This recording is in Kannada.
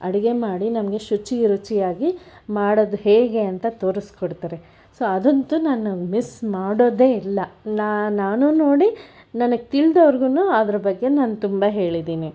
ಅಡುಗೆ ಮಾಡಿ ನಮಗೆ ಶುಚಿ ರುಚಿಯಾಗಿ ಮಾಡೋದು ಹೇಗೆ ಅಂತ ತೋರಿಸ್ಕೊಡ್ತಾರೆ ಸೊ ಅದಂತು ನಾನು ಮಿಸ್ ಮಾಡೋದೇ ಇಲ್ಲ ನಾನು ನಾನು ನೋಡಿ ನನಗೆ ತಿಳಿದವ್ರಿಗೂ ಅದ್ರ ಬಗ್ಗೆ ನಾನು ತುಂಬ ಹೇಳಿದ್ದೀನಿ